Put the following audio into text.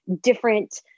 different